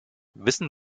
wissen